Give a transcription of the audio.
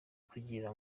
kugira